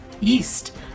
east